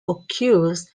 occurs